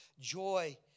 Joy